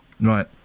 Right